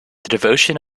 devotion